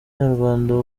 nyarwanda